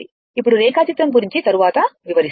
ఇప్పుడు రేఖాచిత్రం గురించి తరువాత వివరిస్తాను